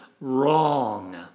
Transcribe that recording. wrong